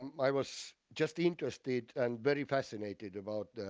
um i was just interested and very fascinated about